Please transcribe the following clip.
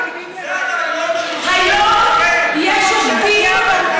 אבל העובדים מתנגדים לזה.